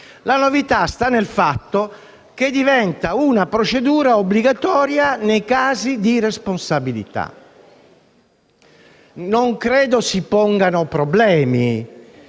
La novità sta nel fatto che diventa una procedura obbligatoria nei casi di responsabilità. Non credo si pongano problemi